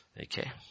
Okay